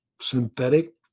synthetic